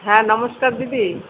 হ্যাঁ নমস্কার দিদি